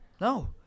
No